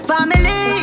Family